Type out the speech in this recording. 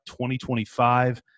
2025